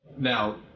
Now